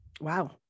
Wow